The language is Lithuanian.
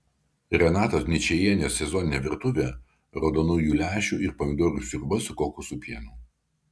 renatos ničajienės sezoninė virtuvė raudonųjų lęšių ir pomidorų sriuba su kokosų pienu